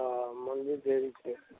हँ मन्दिर ढेरी छै